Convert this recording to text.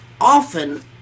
often